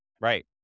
Right